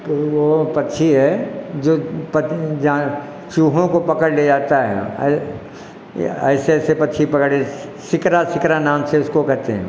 वह पक्षी है जो पक जान चूहों को पकड़ ले जाता है अरे यार ऐसे ऐसे पक्षी पकड़ सिकरा सिकरा नाम से उसको कहते हैं